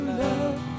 love